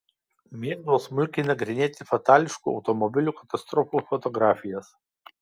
mėgdavo smulkiai nagrinėti fatališkų automobilių katastrofų fotografijas